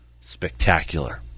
spectacular